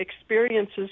experiences